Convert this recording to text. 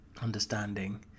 understanding